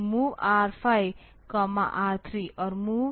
तो MOV R5R3 और MOV R6R4